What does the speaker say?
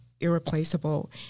irreplaceable